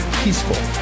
peaceful